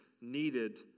needed